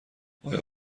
آیا